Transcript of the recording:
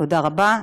תודה רבה.